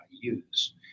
use